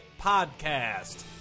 podcast